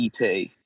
EP